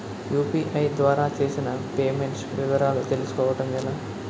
UPI ద్వారా చేసిన payments వివరాలు తెలుసుకోవటం ఎలా?